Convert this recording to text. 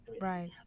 Right